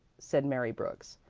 said mary brooks.